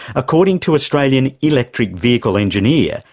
according to australian electric vehicle engineer,